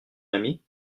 ami